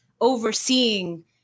overseeing